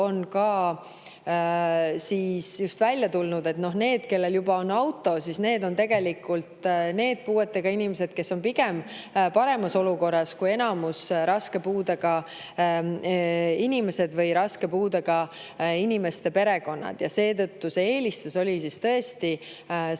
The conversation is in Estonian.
on ka just välja tulnud, et need, kellel juba on auto, on tegelikult need puuetega inimesed, kes on pigem paremas olukorras kui enamik raske puudega inimesi või raske puudega inimeste perekonnad. Seetõttu oli eelistus tõesti saada